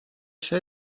şey